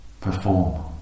perform